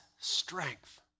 strength